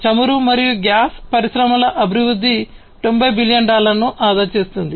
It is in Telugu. చమురు మరియు గ్యాస్ పరిశ్రమల అభివృద్ధి 90 బిలియన్ డాలర్లను ఆదా చేస్తుంది